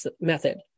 method